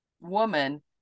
woman